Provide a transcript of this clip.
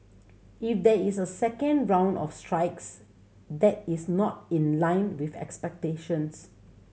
if there is a second round of strikes that is not in line with expectations